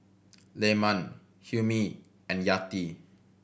Leman Hilmi and Yati